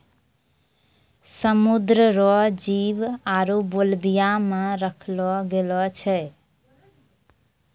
समुद्र रो जीव आरु बेल्विया मे रखलो गेलो छै